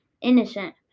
innocent